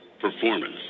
Performance